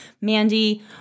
Mandy